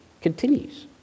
continues